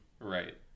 Right